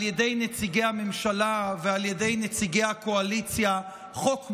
על ידי נציגי הממשלה ועל ידי נציגי הקואליציה חוק מושחת,